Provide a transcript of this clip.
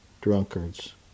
drunkards